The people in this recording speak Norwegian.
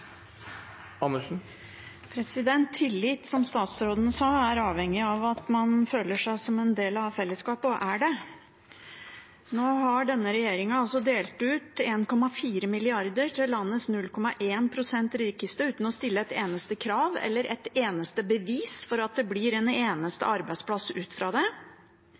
tillit avhengig av at man føler seg som en del av fellesskapet og er det. Nå har denne regjeringen delt ut 1,4 mrd. kr til landets 0,1 pst. rikeste uten å stille et eneste krav til eller at det er et eneste bevis for at det blir en eneste arbeidsplass ut av det.